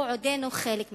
הוא עודנו חלק מהתקציב.